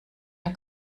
der